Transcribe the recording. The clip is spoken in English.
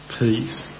peace